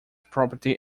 property